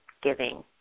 giving